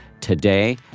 today